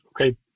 okay